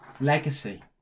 Legacy